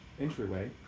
entryway